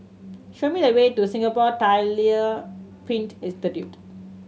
show me the way to Singapore Tyler Print Institute